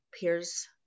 peers